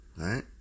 Right